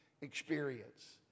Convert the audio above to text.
experience